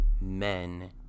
men